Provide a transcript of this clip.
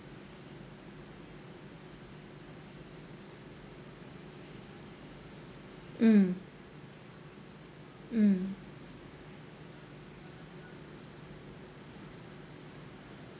mm mm